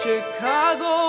Chicago